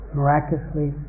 miraculously